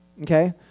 Okay